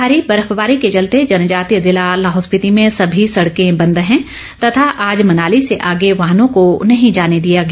भारी बर्फबारी के चलते जनजॉतीय जिला लाहौल स्पीति में सभी सड़कें बंद हैं तथा आज मनाली से आगे वाहनों को नहीं जाने दिया गया